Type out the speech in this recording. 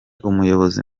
umuyobozi